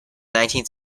nineteenth